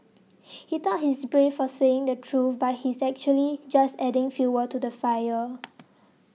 he thought he's brave for saying the truth but he's actually just adding fuel to the fire